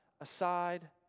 aside